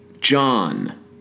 John